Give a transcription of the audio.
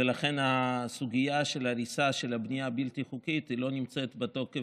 ולכן סוגיית ההריסה של הבנייה הבלתי-חוקית היא לא בתחום